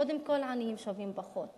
קודם כול, העניים שווים פחות.